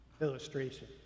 illustration